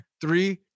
Three